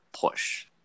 push